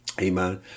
Amen